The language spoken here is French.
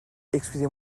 excusez